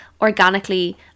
organically